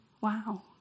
Wow